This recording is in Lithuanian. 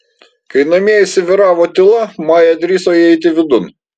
kai namie įsivyravo tyla maja drįso įeiti vidun